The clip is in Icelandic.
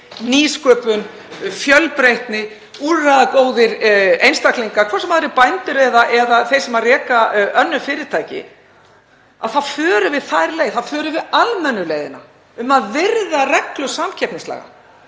nýsköpun, fjölbreytni, úrræðagóðir einstaklingar, hvort sem það eru bændur eða þeir sem reka önnur fyrirtæki, þá förum við þá leið, almennu leiðina um að virða reglur samkeppnislaga